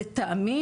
לטעמי,